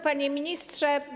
Panie Ministrze!